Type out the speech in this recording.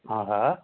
हा हा